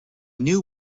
knew